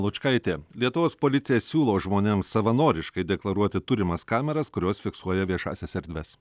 lučkaitė lietuvos policija siūlo žmonėms savanoriškai deklaruoti turimas kameras kurios fiksuoja viešąsias erdves